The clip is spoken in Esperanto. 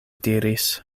diris